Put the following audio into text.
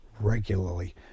regularly